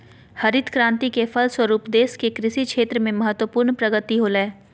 हरित क्रान्ति के फलस्वरूप देश के कृषि क्षेत्र में महत्वपूर्ण प्रगति होलय